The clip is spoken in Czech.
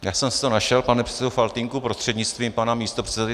Já jsem si to našel, pane předsedo Faltýnku prostřednictvím pana místopředsedy.